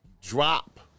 drop